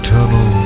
Tunnel